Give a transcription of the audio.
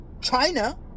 China